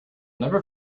never